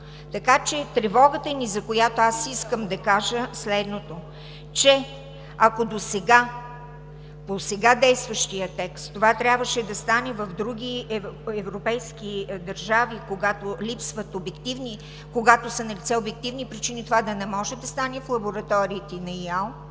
така че тревогата ни, за която искам да кажа следното, е, че ако досега, по сега действащия текст това трябваше да стане в други европейски държави, когато са налице обективни причини – това да не може да стане в лабораториите на ИАЛ,